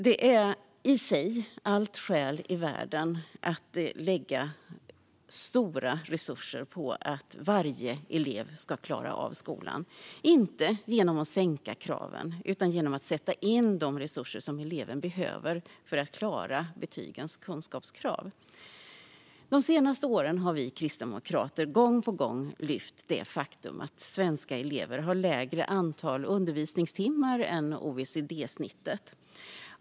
Detta i sig ger alla skäl i världen att lägga stora resurser på att varje elev ska klara av skolan, inte genom att sänka kraven utan genom att sätta in de resurser som eleven behöver för att klara betygens kunskapskrav. De senaste åren har vi kristdemokrater gång på gång lyft det faktum att svenska elever har mindre antal undervisningstimmar än OECD-snittet.